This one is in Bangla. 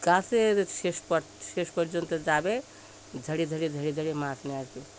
গাছের শেষ পর্যন্ত যাবে ধরে ধরে ধরে ধরে মাছ নিয়ে আসবে